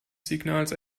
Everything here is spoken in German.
signals